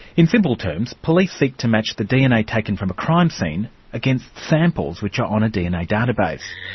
in simple terms, police seek to match the dna taken from a crime scene against samples which are on a dna database.